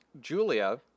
Julia